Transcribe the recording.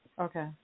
okay